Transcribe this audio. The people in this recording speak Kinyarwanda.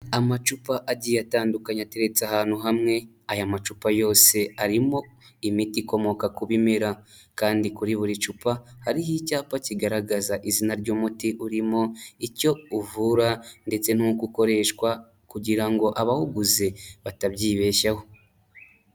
Amacupa agiye atandukanye ateretse ahantu hamwe, aya macupa yose arimo imiti ikomoka ku bimera kandi kuri buri cupa hariho icyapa kigaragaza izina ry'umuti urimo, icyo uvura ndetse n'uko ukoreshwa kugira ngo abawuguze batabyibeshyaho.